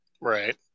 Right